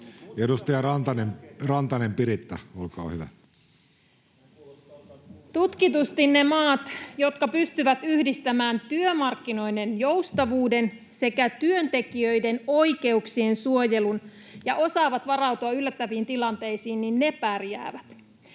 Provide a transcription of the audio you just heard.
15:42 Content: Tutkitusti ne maat, jotka pystyvät yhdistämään työmarkkinoiden joustavuuden sekä työntekijöiden oikeuksien suojelun ja osaavat varautua yllättäviin tilanteisiin, pärjäävät.